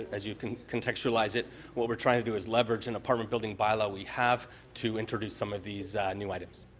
as you can contextualize it what we're trying to do is leverage an and apartment building bylaw we have to introduce some of these new items.